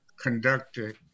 conducted